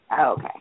Okay